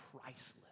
priceless